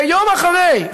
ויום אחרי,